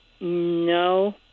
No